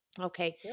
Okay